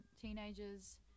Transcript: teenagers